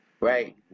Right